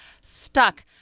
stuck